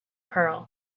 pearl